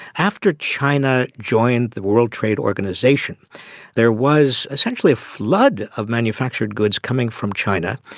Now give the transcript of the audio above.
after china joined the world trade organisation there was essentially a flood of manufactured goods coming from china.